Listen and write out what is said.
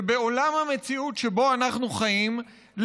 שבעולם המציאות שבו אנחנו חיים,